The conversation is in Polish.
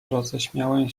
roześmiałem